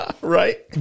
Right